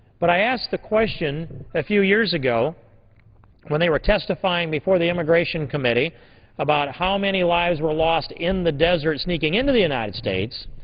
but i ask the question a few years ago when they were testifying before the immigration committee about how many lives were lost in the desert sneaking into the united states,